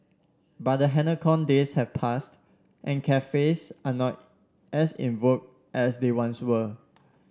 but the halcyon days have passed and cafes are not as in vogue as they once were